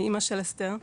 אמה של אסתר,